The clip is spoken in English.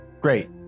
Great